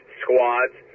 squads